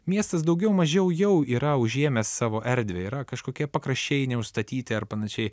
miestas daugiau mažiau jau yra užėmęs savo erdvę yra kažkokie pakraščiai neužstatyti ar panašiai